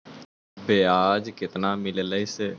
बियाज केतना मिललय से?